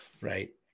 right